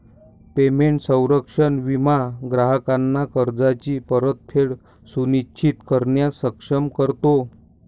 payment संरक्षण विमा ग्राहकांना कर्जाची परतफेड सुनिश्चित करण्यास सक्षम करतो